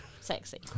sexy